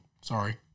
Sorry